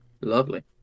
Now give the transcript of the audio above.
Lovely